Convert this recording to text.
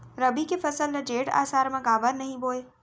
रबि के फसल ल जेठ आषाढ़ म काबर नही बोए?